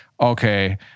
okay